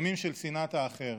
ימים של שנאת האחר.